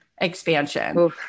Expansion